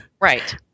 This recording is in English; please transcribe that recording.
Right